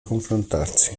confrontarsi